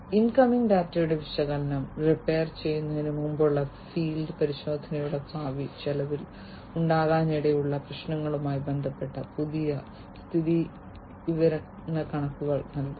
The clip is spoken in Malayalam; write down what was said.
ഇൻകമിംഗ് ഡാറ്റയുടെ വിശകലനം റിപ്പയർ ചെയ്യുന്നതിന് മുമ്പുള്ള ഫീൽഡ് പരിശോധനയുടെ ഭാവി ചെലവിൽ ഉണ്ടാകാനിടയുള്ള പ്രശ്നങ്ങളുമായി ബന്ധപ്പെട്ട പുതിയ സ്ഥിതിവിവരക്കണക്കുകൾ നൽകും